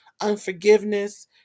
unforgiveness